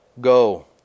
Go